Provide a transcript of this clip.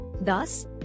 Thus